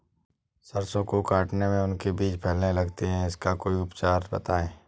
सरसो को काटने में उनके बीज फैलने लगते हैं इसका कोई उपचार बताएं?